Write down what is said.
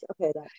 okay